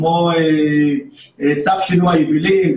כמו צו שינוע יבילים,